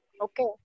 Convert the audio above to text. Okay